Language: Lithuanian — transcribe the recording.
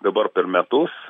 dabar per metus